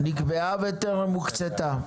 נקבעה וטרם הוקצתה.